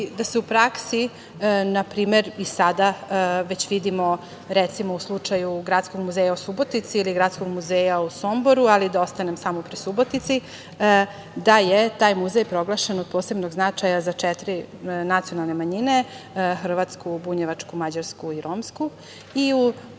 da se u praksi npr. i sada već vidimo u slučaju Gradskog muzeja u Subotici ili Gradskog muzeja u Somboru, ali da ostanem samo pri Subotici, da je taj muzej proglašen od posebnog značaja za četiri nacionalne manjine, - hrvatsku, bunjevačku, mađarsku i romsku. U skladu